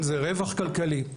אם זה רווח כלכלי.